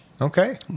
Okay